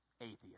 Atheist